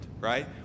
right